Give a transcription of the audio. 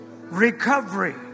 recovery